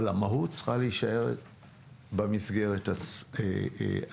אבל המהות צריכה להישאר במסגרת עצמה.